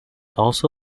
also